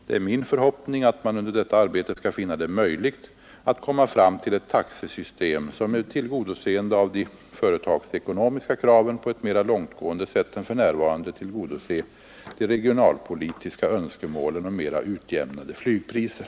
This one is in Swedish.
Det är min förhoppning, att man under detta arbete skall finna det möjligt att komma fram till ett taxesystem, som med tillgodoseende av de företagsekonomiska kraven kan på ett mera långtgående sätt än för närvarande tillgodose de regionalpolitiska önskemålen om mera utjämnade flygpriser.